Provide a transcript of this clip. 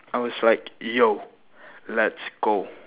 I was like yo let's go